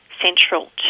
central